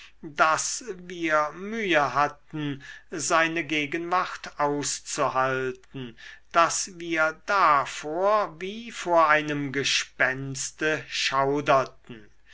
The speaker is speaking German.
daß wir mühe hatten seine gegenwart auszuhalten daß wir davor wie vor einem gespenste schauderten